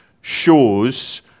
shows